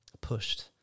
pushed